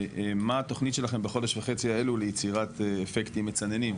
מה התוכנית שלכם בחודש וחצי האלו ליצירת אפקטים מצננים?